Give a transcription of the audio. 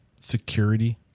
security